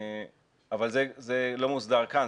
אבל זה לא מוסדר כאן,